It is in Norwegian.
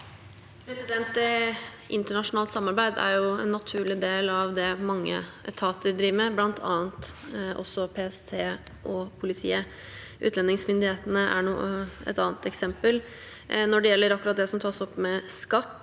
Internasjonalt samarbeid er en naturlig del av det mange etater driver med, bl.a. PST og politiet. Utlendingsmyndighetene er et annet eksempel. Når det gjelder akkurat det som tas opp om skatt,